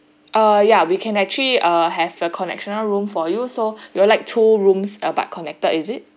uh ya we can actually ah have a connectional room for you so you'd like two rooms but connected is it